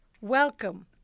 Welcome